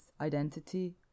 identity